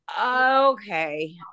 Okay